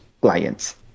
clients